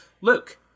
Luke